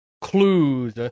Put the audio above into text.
clues